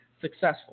successful